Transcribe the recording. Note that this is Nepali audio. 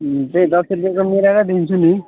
त्यही दस रुपियाँको मिलाएर दिन्छु नि